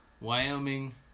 Wyoming